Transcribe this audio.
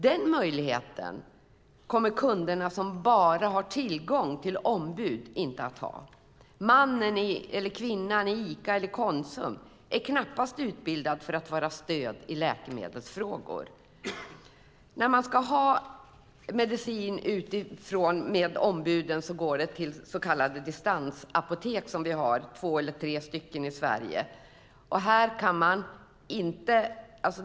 Den möjligheten kommer kunderna som bara har tillgång till ombud inte att ha. Mannen eller kvinnan i Ica eller Konsumbutiken är knappast utbildad för att vara stöd i läkemedelsfrågor. När man ska hämta medicin hos ombuden går beställningen till så kallade distansapotek som vi har två eller tre stycken av i Sverige.